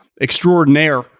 extraordinaire